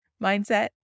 mindset